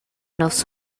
nossa